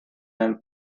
and